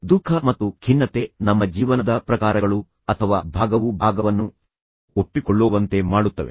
ದುಃಖ ಮತ್ತು ಖಿನ್ನತೆ ನಮ್ಮ ಜೀವನದ ಪ್ರಕಾರಗಳು ಅಥವಾ ಭಾಗವು ಭಾಗವನ್ನು ಒಪ್ಪಿಕೊಳ್ಳೋವಂತೆ ಮಾಡುತ್ತವೆ